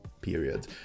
period